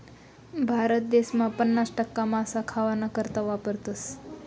भारत देसमा पन्नास टक्का मासा खावाना करता वापरावतस